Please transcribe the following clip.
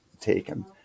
taken